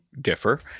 differ